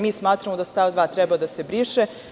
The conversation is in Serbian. Mi smatramo da stav 2. treba da se briše.